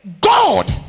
God